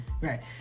Right